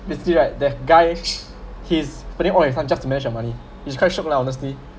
basically like that guy he's putting all his funds just to manage your money is quite shiok lah honestly